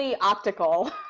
optical